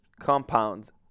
compounds